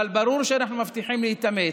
אבל ברור שאנחנו מבטיחים להתאמץ.